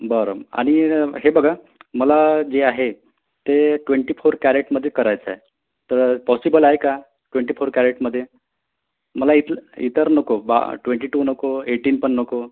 बरं आणि हे बघा मला जे आहे ते ट्वेंटी फोर कॅरेटमध्ये करायचंय तर पॉसिबल आहे का ट्वेंटी फोर कॅरेटमध्ये मला इथलं इतर नको बा ट्वेंटी टू नको एटीन पण नको